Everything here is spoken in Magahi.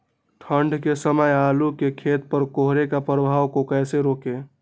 ठंढ के समय आलू के खेत पर कोहरे के प्रभाव को कैसे रोके?